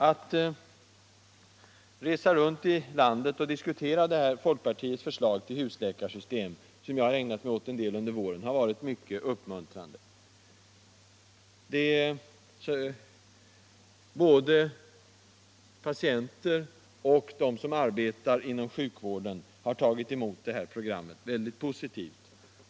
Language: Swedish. Att resa runt i landet och diskutera folkpartiets förslag till husläkarsystem, som jag har ägnat mig åt en del under våren, har varit mycket uppmuntrande. Både patienter och de som arbetar inom sjukvården har tagit emot programmet positivt.